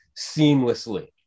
seamlessly